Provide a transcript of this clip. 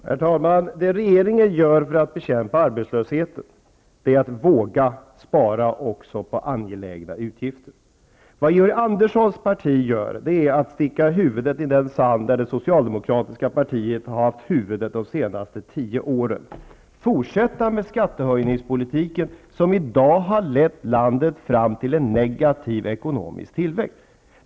Herr talman! Det som regeringen gör för att bekämpa arbetslösheten är att våga spara också på angelägna utgifter. Vad Georg Anderssons parti gör är att sticka huvudet i den sand där det socialdemokratiska partiet har haft huvudet under de senaste tio åren. Ni vill fortsätta med skattehöjningspolitiken som i dag har lett landet fram till en negativ ekonomisk tillväxt.